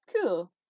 cool